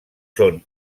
són